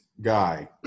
guy